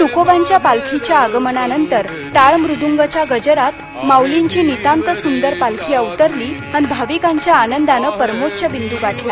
तुकोबांच्या पालखीच्या आगमनानतर टाळमुदुंगाच्या गजरात माऊलींची नितात सुदर पालखी अवतरली अन भाविकांच्या आनंदानं परमोच्च बिंदू गाठला